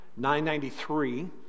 993